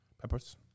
peppers